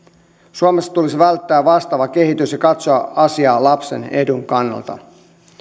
suomessa tulisi välttää vastaava kehitys ja katsoa asiaa lapsen edun kannalta